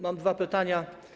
Mam dwa pytania.